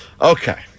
Okay